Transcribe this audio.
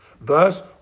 Thus